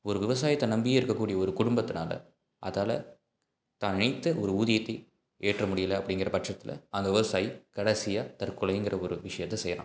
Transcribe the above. ஒரு விவசாயத்தை நம்பியே இருக்கக்கூடிய ஒரு குடும்பத்தினால அதால் தான் நினைத்த ஒரு ஊதியத்தை ஏற்ற முடியல அப்படிங்கிற பட்சத்தில் அந்த விவசாயி கடைசியாக தற்கொலைங்கிற ஒரு விஷயத்த செய்கிறான்